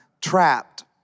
trapped